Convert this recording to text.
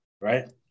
right